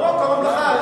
בממלכה,